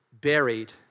buried